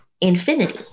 infinity